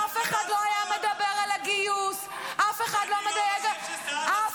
אף אחד לא היה מדבר על הגיוס -- אני לא חושב שסעדה זה שמאל.